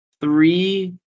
three